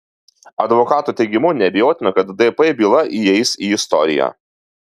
advokato teigimu neabejotina kad dp byla įeis į istoriją